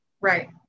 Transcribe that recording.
Right